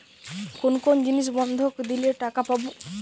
কোন কোন জিনিস বন্ধক দিলে টাকা পাব?